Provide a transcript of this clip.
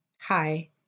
Hi